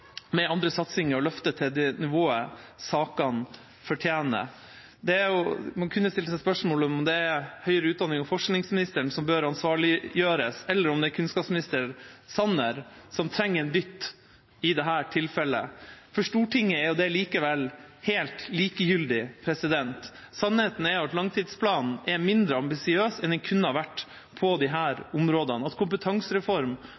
med andre satsinger og løfte det til det nivået sakene fortjener. Man kunne stilt spørsmålet om det er forsknings- og høyere utdanningsministeren som bør ansvarliggjøres, eller om det er kunnskapsminister Sanner som trenger en dytt i dette tilfellet. For Stortinget er det likevel helt likegyldig. Sannheten er at langtidsplanen er mindre ambisiøs enn den kunne ha vært på